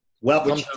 Welcome